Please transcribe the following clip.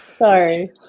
Sorry